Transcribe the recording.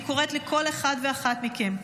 אני קוראת לכל אחד ואחת מכם,